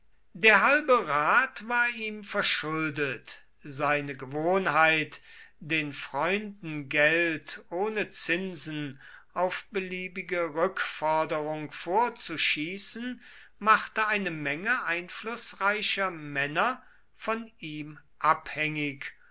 der halbe rat war ihm verschuldet seine gewohnheit den freunden geld ohne zinsen auf beliebige rückforderung vorzuschießen machte eine menge einflußreicher männer von ihm abhängig